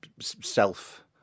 self